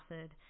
acid